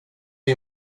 det